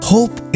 Hope